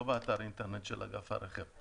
לא באתר אינטרנט של אגף הרכב.